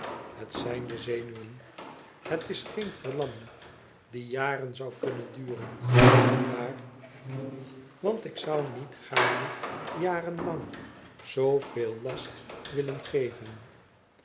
het zijn de zenuwen het is geen verlamming die jaren zou kunnen duren niet waar want ik zou niet gaarne jaren lang zoo veel last willen geven